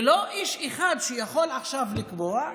ולא איש אחד שיכול עכשיו לקבוע.